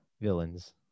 villains